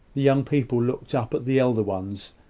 the young people looked up at the elder ones,